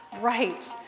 Right